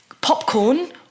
popcorn